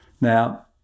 Now